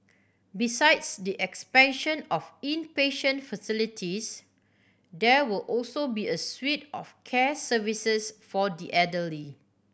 besides the expansion of inpatient facilities there will also be a suite of care services for the elderly